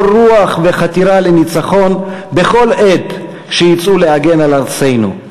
קור רוח וחתירה לניצחון בכל עת שיצאו להגן על ארצנו,